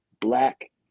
black